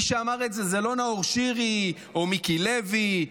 מי שאמר את זה הוא לא נאור שירי או מיקי לוי,